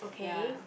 K